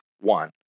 one